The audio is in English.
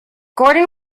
gordon